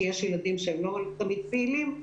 כי יש ילדים שהם לא תמיד פעילים,